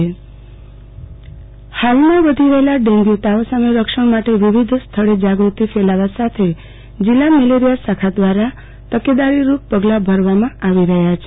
આરતીબેન ભદ્દ ડેન્ગ્યુ તાવ જાગુતિ હાલમાં વધી રહેલા ડેન્ગ્યુ તાવ સામે રક્ષણ માટે વિવિધ સ્થળે જાગૃતિ ફેલાવા સાથે જિલ્લા મેલેરીયા શાખા દ્રારા તકેદારીરૂપ પગલા ભરવામાં આવી રહ્યા છે